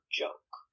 joke